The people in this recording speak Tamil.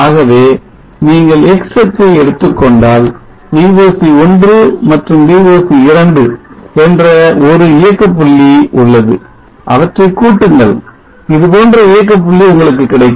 ஆகவே நீங்கள் x அச்சை எடுத்துக்கொண்டால் Voc1 மற்றும் Voc2 என்ற ஒரு இயக்க புள்ளி உள்ளது அவற்றை கூட்டுங்கள் இதுபோன்ற இயக்க புள்ளி உங்களுக்கு கிடைக்கும்